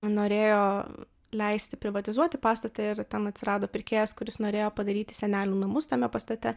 norėjo leisti privatizuoti pastatą ir ten atsirado pirkėjas kuris norėjo padaryti senelių namus tame pastate